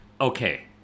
Okay